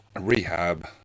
rehab